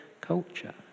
culture